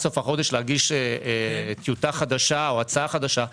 סוף החודש להגיש טיוטה או הצעה חדשה,